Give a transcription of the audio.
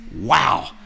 Wow